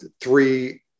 three